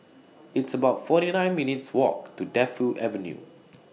It's about forty nine minutes' Walk to Defu Avenue